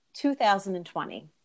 2020